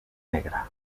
negra